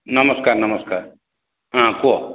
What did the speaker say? ନମସ୍କାର ନମସ୍କାର ହଁ କୁହ